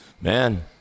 man